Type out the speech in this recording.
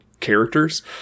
characters